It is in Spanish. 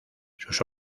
sus